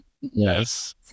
Yes